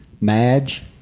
Madge